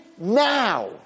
now